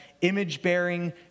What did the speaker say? image-bearing